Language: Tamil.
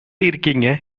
இருக்கீங்க